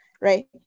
right